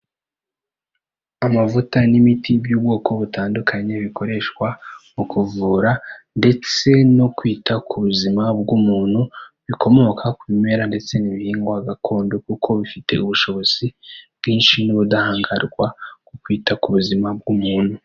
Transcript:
Amavuta n'imiti by'ubwoko butandukanye bikoreshwa mu kuvura ndetse no kwita ku buzima bw'umuntu bikomoka ku bimera ndetse n'ibihingwa gakondo kuko bifite ubushobozi bwinshi n'ubudahangarwa ku kwita ku buzima bw'umuntu.